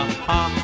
ha